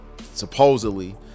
Supposedly